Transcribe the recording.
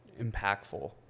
impactful